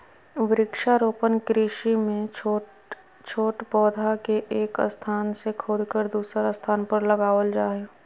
वृक्षारोपण कृषि मे छोट छोट पौधा के एक स्थान से खोदकर दुसर स्थान पर लगावल जा हई